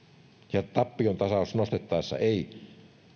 ja tappion tasausta nostettaessa ei